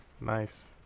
Nice